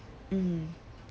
mm